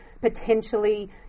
potentially